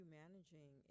managing